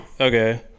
Okay